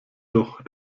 doch